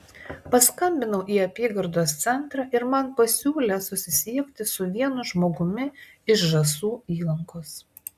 paskambinau į apygardos centrą ir man pasiūlė susisiekti su vienu žmogumi iš žąsų įlankos